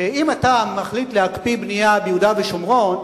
שאם אתה מחליט להקפיא בנייה ביהודה ושומרון,